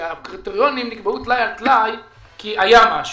שהקריטריונים יקבעו תלאי על תלאי כי היה משהו,